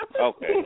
Okay